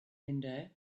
window